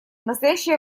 настоящее